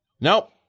Nope